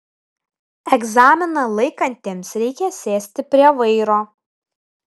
egzaminą laikantiems reikia sėsti prie vairo